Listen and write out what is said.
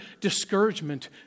discouragement